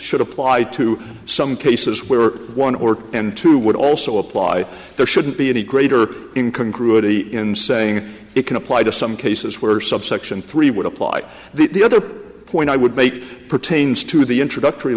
should apply to some cases where one or two and two would also apply there shouldn't be any greater in congruity in saying it can apply to some cases where subsection three would apply the other point i would make pertains to the introductory